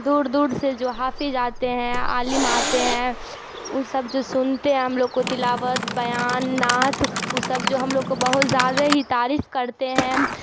دور دور سے جو حافظ جاتے ہیں عالم آتے ہیں ان سب جو سنتے ہیں ہم لوگ کو تلاوت بیان نعت وہ سب جو ہم لوگ کو بہت زیادہ ہی تعریف کرتے ہیں